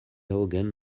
augen